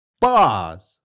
Bars